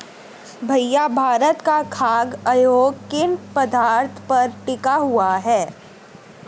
भैया भारत का खाघ उद्योग किन पदार्थ पर टिका हुआ है?